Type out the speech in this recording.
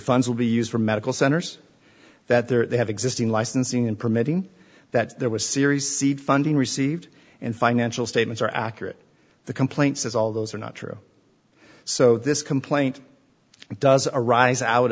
funds will be used for medical centers that there have existing licensing and permitting that there was serious seed funding received and financial statements are accurate the complaint says all those are not true so this complaint does arise out